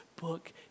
book